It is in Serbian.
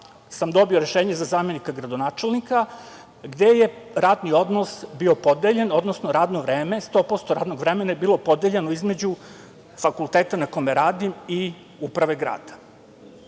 sam dobio rešenje za zamenika gradonačelnika, gde je radni odnos bio podeljen, odnosno radno vreme. Naime, 100% radnog vremena je bilo podeljeno između fakulteta na kome radim i uprave grada.